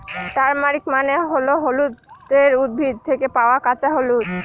turmeric মানে হল হলুদের উদ্ভিদ থেকে পাওয়া কাঁচা হলুদ